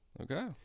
Okay